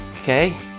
okay